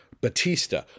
Batista